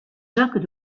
jacques